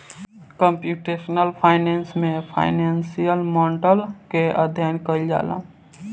computational finance में financial model के अध्ययन कईल जाला